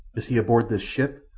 is he aboard this ship?